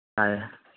ꯇꯥꯏꯌꯦ